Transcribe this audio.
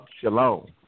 shalom